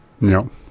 No